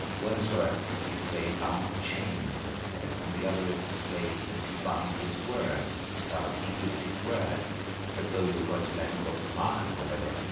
one is where you keep a slave bound in chains as he says, and the other is the slave that you bind with words, because he gives his word that though you're going to let him go to the market or whatever,